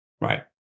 right